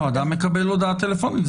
אדם מקבל הודעה טלפונית.